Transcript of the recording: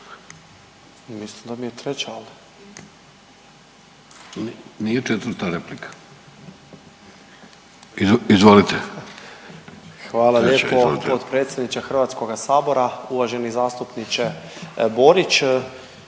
Hvala lijepo potpredsjedniče Hrvatskog sabora. Uvaženi zastupniče Borić,